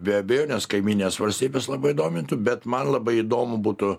be abejonės kaimyninės valstybės labai domintų bet man labai įdomu būtų